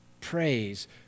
praise